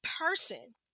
person